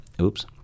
Oops